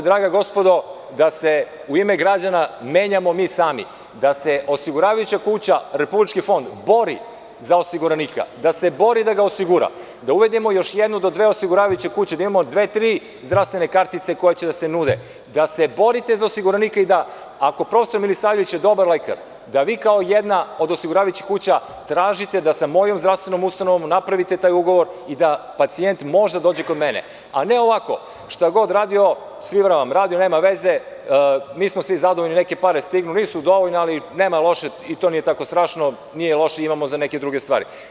Draga gospodo, potrebno je da se u ime građana menjamo mi sami, da se osiguravajuća kuća, Republički fond bori za osiguranika, da se bori da ga osigura, da uvedemo još jednu do dve osiguravajuće kuće, da imamo dve, tri zdravstvene kartice koje će da se nude, da se borite za osiguranika i da ako je prof. Milisavljević dobar lekar, da vi kao jedna od osiguravajućih kuća tražite da sa mojom zdravstvenom ustanovom napravite taj ugovor i da pacijent može da dođe kod mene, a ne ovako - šta god radio, svira vam radio, nema veze, mi smo svi zadovoljni, neke pare stignu, nisu dovoljne, ali nije loše i to nije tako strašno, nije loše, imamo za neke druge stvari.